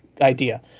idea